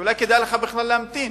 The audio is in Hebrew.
ואולי כדאי לך בכלל להמתין.